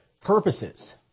purposes